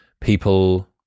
people